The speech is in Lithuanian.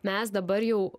mes dabar jau